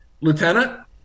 Lieutenant